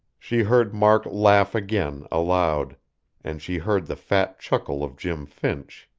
she heard mark laugh again, aloud and she heard the fat chuckle of jim finch.